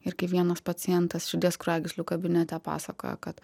ir kaip vienas pacientas širdies kraujagyslių kabinete pasakojo kad